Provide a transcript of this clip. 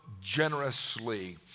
generously